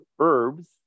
herbs